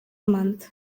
month